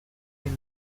nice